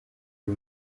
uyu